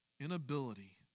Inability